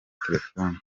telefone